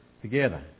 together